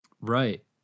right